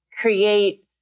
create